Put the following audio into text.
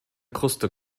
kruste